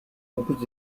dokuz